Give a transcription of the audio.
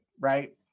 right